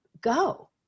go